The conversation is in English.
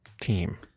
team